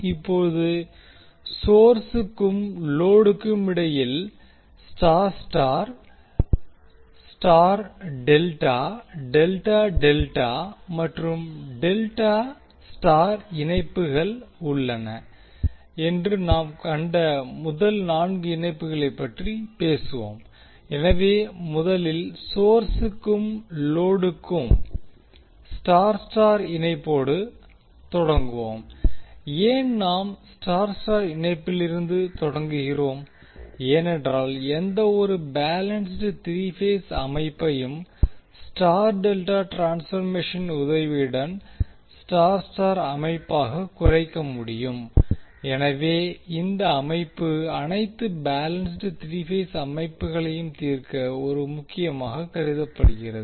இப்போது சொர்ஸுக்கும் லொடுக்கும் இடையில் Y Y Y delta delta delta மற்றும் டெல்டா ஒய் இணைப்புகள் உள்ளன என்று நாம் கண்ட முதல் நான்கு இணைப்புகளைப் பற்றி பேசலாம் எனவே முதலில் சொர்ஸுக்கும் லொடுக்கும் Y Y இணைப்போடு தொடங்குவோம் ஏன் நாம் Y Y இணைப்பிலிருந்து தொடங்குகிறோம் ஏனென்றால் எந்தவொரு பேலன்ஸ்ட் 3 பேஸ் அமைப்பையும் ஸ்டார் டெல்டா ட்ரான்ஸ்பர்மேஷன் உதவியுடன் Y Y அமைப்பாகக் குறைக்க முடியும் எனவே இந்த அமைப்பு அனைத்து பேலன்ஸ்ட் 3 பேஸ் அமைப்புகளையும் தீர்க்க ஒரு முக்கியமாகக் கருதப்படுகிறது